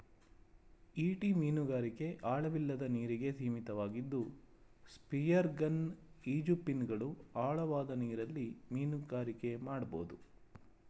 ಈಟಿ ಮೀನುಗಾರಿಕೆ ಆಳವಿಲ್ಲದ ನೀರಿಗೆ ಸೀಮಿತವಾಗಿದ್ದು ಸ್ಪಿಯರ್ಗನ್ ಈಜುಫಿನ್ಗಳು ಆಳವಾದ ನೀರಲ್ಲಿ ಮೀನುಗಾರಿಕೆ ಮಾಡ್ಬೋದು